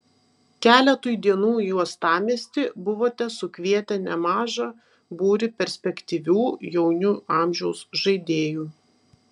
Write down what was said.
keletui dienų į uostamiestį buvote sukvietę nemaža būrį perspektyvių jaunių amžiaus žaidėjų